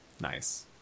nice